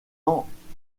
anciennes